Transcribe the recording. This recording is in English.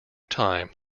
time